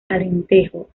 alentejo